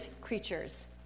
creatures